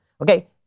okay